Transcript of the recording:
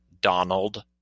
Donald